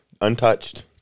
Untouched